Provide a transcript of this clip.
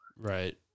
Right